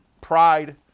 pride